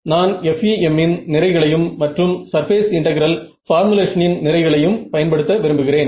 நான் FEM இன் நிறைகளையும் மற்றும் சர்பேஸ் இன்டெகிரல் பார்முலேஷனின் நிறைகளையும் பயன்படுத்த விரும்புகிறேன்